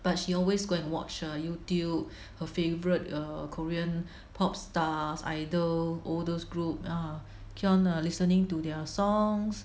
but she always go and watch err Youtube her favourite err Korean pop stars idol all those group lah ah keep on listening to their songs